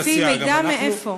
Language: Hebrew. אז לפי מידע מאיפה?